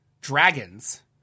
dragons